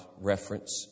reference